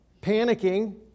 panicking